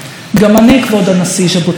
גם אני, כבוד הנשיא, ז'בוטינסקאית.